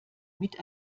mit